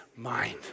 Mind